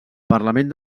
parlament